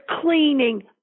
cleaning